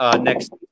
next